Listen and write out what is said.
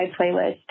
playlist